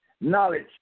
Knowledge